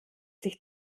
sich